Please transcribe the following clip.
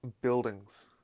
buildings